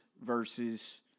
versus